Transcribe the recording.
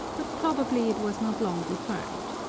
but probably it was not long deferred.